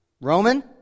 Roman